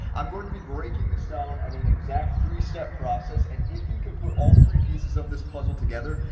i'm going to be breaking this down and an exact three step process. and if you can put all three pieces of this puzzle together,